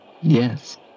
Yes